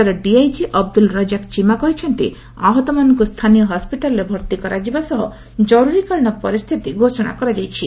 କ୍ୱେଟାର DIG Abdul Razzaq Cheema କହିଛନ୍ତି ଆହତମାନଙ୍କୁ ସ୍ଥାନୀୟ ହସ୍କିଟାଲ୍ରେ ଭର୍ତ୍ତି କରାଯିବା ସହ ଜରୁରୀକାଳୀନ ପରିସ୍ଥିତି ଘୋଷଣା କରାଯାଇଛି